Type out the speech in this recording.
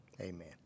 amen